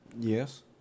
Yes